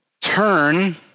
Turn